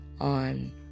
on